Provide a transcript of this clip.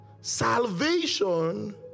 salvation